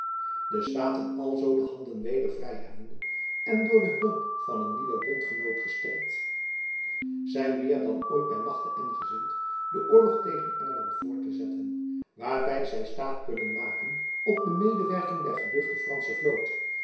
de staten alzoo de handen weder vrij hebbende en door de hulp van een nieuwen bondgenoot gesterkt zijn meer dan ooit by machte en gezind den oorlog tegen engeland voort te zetten waarby zy staat kunnen maken op de medewerking der geduchte fransche vloot